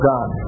God